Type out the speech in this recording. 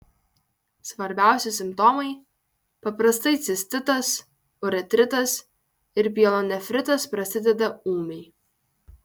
svarbiausi simptomai paprastai cistitas uretritas ir pielonefritas prasideda ūmiai